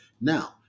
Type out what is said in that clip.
now